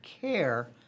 care